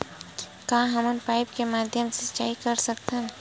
का हमन पाइप के माध्यम से सिंचाई कर सकथन?